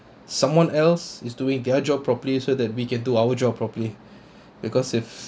someone else is doing their job properly so that we can do our job properly because if